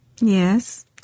Yes